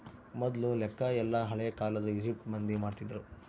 ಮೊದ್ಲು ಲೆಕ್ಕ ಎಲ್ಲ ಹಳೇ ಕಾಲದ ಈಜಿಪ್ಟ್ ಮಂದಿ ಮಾಡ್ತಿದ್ರು